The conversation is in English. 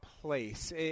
place